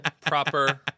proper